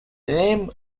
name